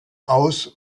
aus